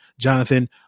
Jonathan